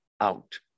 out